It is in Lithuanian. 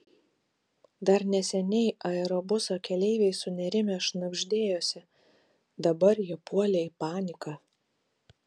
dar neseniai aerobuso keleiviai sunerimę šnabždėjosi dabar jie puolė į paniką